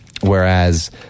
whereas